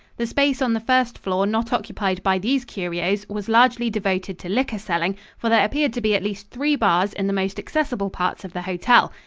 the space on the first floor not occupied by these curios was largely devoted to liquor selling, for there appeared to be at least three bars in the most accessible parts of the hotel.